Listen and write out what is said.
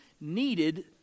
needed